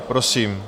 Prosím.